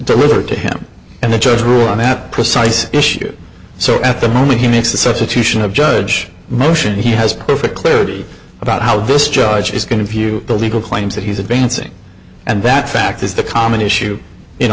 delivered to him and the judge ruled on that precise issue so at the moment he makes the substitution of judge motion he has perfect clarity about how this judge is going to view the legal claims that he's advancing and that fact is the common issue